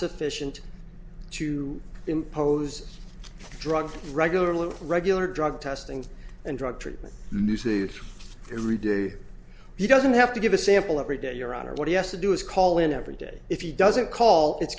sufficient to impose drug regularly regular drug testing and drug treatment new see it every day he doesn't have to give a sample every day your honor what he has to do is call in every day if he doesn't call it's